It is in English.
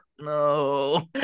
No